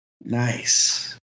Nice